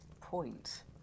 point